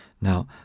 Now